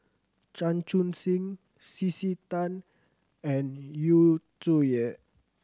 Chan Chun Sing C C Tan and Yu Zhuye